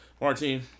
Martin